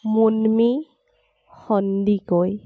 Munmi Sandikoi